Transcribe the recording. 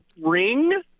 ring